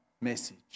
message